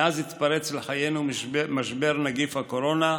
מאז התפרץ לחיינו משבר נגיף הקורונה,